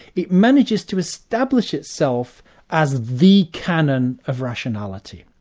it manages to establish itself as the canon of rationality,